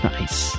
Nice